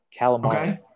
Calamari